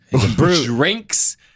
Drinks